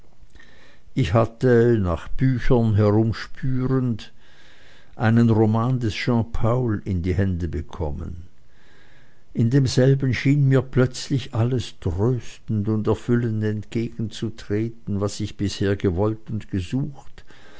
ich hatte nach büchern herumspürend einen roman des jean paul in die hände bekommen in demselben schien mir plötzlich alles tröstend und erfüllend entgegenzutreten was ich bisher gewollt und gesucht